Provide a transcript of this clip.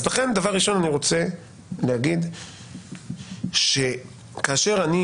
לכן דבר ראשון אני רוצה להגיד שכאשר אני